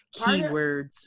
keywords